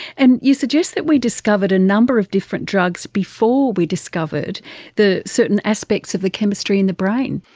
and you suggest that we discovered a number of different drugs before we discovered the certain aspects of the chemistry in the brain.